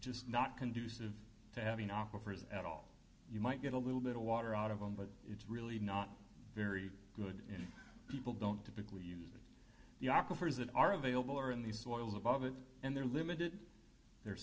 just not conducive to having offers at all you might get a little bit of water out of them but it's really not very good in people don't typically the opposite are available or in these soils above it and they're limited they're